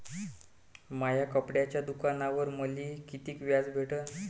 माया कपड्याच्या दुकानावर मले कितीक व्याज भेटन?